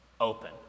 open